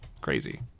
Crazy